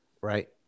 Right